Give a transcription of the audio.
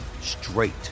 straight